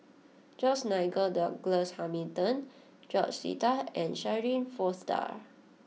George Nigel Douglas Hamilton George Sita and Shirin Fozdar